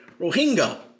Rohingya